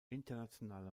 internationale